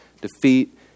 defeat